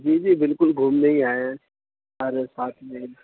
جی جی بالکل گھومنے ہی آئے ہیں سارے ساتھ میں ہم